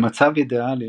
במצב אידיאלי,